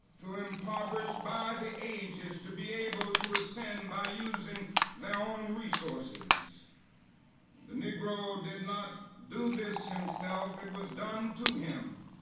too impoverished by the ages to be able to ascend by using their own resources. and the negro did not do this himself it was done to him.